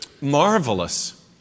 marvelous